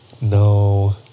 No